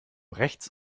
rechts